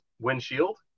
windshield